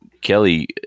Kelly